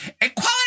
equality